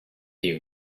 you